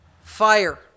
fire